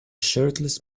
shirtless